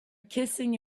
kissing